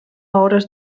hores